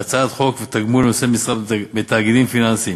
בהצעת חוק תגמול לנושאי משרה בתאגידים פיננסיים